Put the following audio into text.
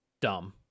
Dumb